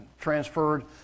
transferred